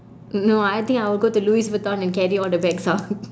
no I think I'll go to louis vuitton and carry all the bags out